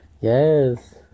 yes